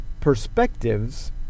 perspectives